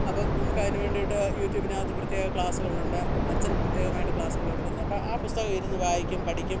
അപ്പം യൂറ്റൂബിനകത്ത് പ്രത്യേക ക്ലാസ്സുകളുണ്ട് അച്ഛൻ പ്രത്യേകമായിട്ട് ക്ലാസ്സുകളെടുക്കുന്ന അപ്പം ആ പുസ്തകം ഇരുന്നു വായിക്കും പഠിക്കും